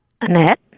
annette